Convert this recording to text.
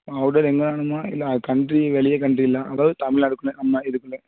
outdoor இங்கே வேணுமா இல்லை கன்ட்ரி வெளியே கன்ட்ரி எல்லாம் அதாவது தமிழ்நாடுக்குள்ள அந்த மாதிரி இதுக்குள்ளே